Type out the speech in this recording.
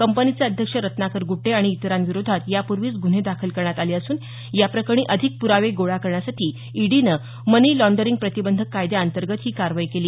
कंपनीचे अध्यक्ष रत्नाकर गुट्टे आणि इतरांविरोधात यापूर्वीच गुन्हे दाखल करण्यात आले असून याप्रकरणी अधिक पुरावे गोळा करण्यासाठी ईडीनं मनी लाँडरिंग प्रतिबंधक कायद्याअंतर्गत ही कारवाई केली